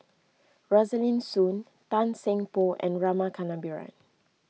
Rosaline Soon Tan Seng Poh and Rama Kannabiran